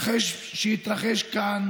היושב-ראש, חשיפת המקרה,